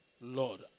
Lord